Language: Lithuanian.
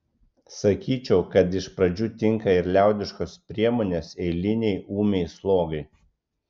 sakyčiau kad iš pradžių tinka ir liaudiškos priemonės eilinei ūmiai slogai